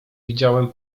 widziałem